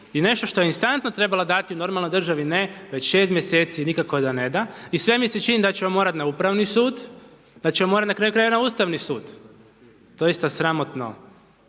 I nešto što je instantno trebala dati, u normalnoj državi ne, već 6 mjeseci nikako da ne da i sve mi se čini da ćemo morati na Upravni sud. Znači ja moram na kraju krajeva na Ustavni sud, to je isto sramotno.